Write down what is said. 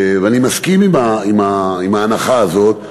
אני מסכים להנחה הזאת,